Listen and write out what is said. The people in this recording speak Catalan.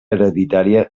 hereditària